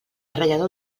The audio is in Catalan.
ratllador